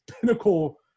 pinnacle